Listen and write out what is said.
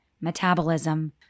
metabolism